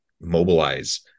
mobilize